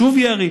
שוב ירי?